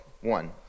one